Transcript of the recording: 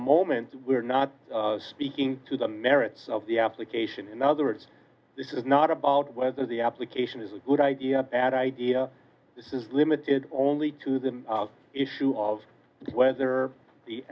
moment we are not speaking to the merits of the application in other words this is not about whether the application is a good idea bad idea this is limited only to the issue of whether the